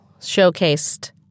showcased